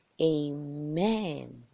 Amen